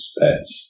pets